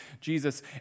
Jesus